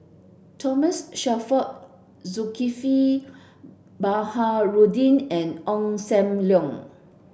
Thomas Shelford Zulkifli Baharudin and Ong Sam Leong